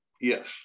yes